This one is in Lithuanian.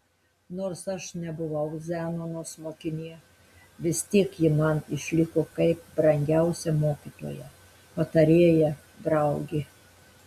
nors aš nebuvau zenonos mokinė vis tik ji man išliko kaip brangiausia mokytoja patarėja draugė